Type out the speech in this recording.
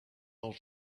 old